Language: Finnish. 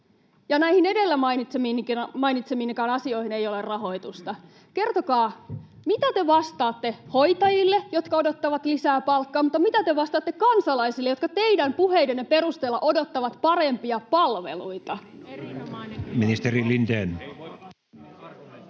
näihin edellä mainitsemiinikaan asioihin ei ole rahoitusta, kertokaa: Mitä te vastaatte hoitajille, jotka odottavat lisää palkkaa? Mitä te vastaatte kansalaisille, jotka teidän puheidenne perusteella odottavat parempia palveluita? [Ben